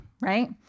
right